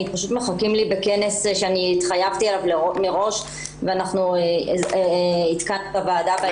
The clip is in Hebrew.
פשוט מחכים לי בכנס שהתחייבתי עליו מראש ואנחנו עדכנו את הוועדה בעניין.